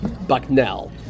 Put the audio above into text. Bucknell